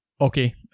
Okay